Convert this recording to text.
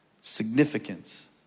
significance